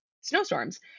snowstorms